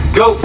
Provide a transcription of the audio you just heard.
go